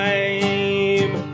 Time